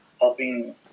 helping